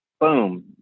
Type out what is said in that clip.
boom